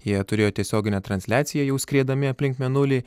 jie turėjo tiesioginę transliaciją jau skriedami aplink mėnulį